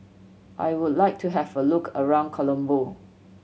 I would like to have a look around Colombo